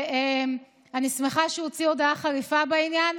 ואני שמחה שהוא הוציא הודעה חריפה בעניין.